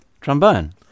trombone